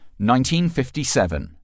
1957